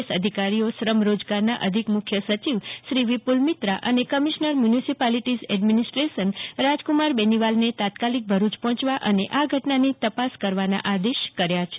S અધિકારીઓ શ્રમ રોજગારના અધિક મુખ્ય સચિવશ્રી વિપુલ મિત્રા અને કમિશનર મ્યુનિસિપાલીટીઝ એડમીનિસ્ટ્રેશન રાજકુમાર બેનીવાલને તાત્કાલિકભરૂચ પહોંચવા અને આ ઘટનાની તપાસ કરવાના આદેશ કર્યા છે